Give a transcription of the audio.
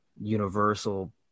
universal